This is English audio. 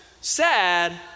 Sad